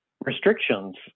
restrictions